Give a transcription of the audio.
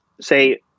say